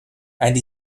and